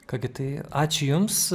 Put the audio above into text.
ką gi tai ačiū jums